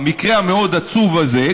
במקרה המאוד-עצוב הזה,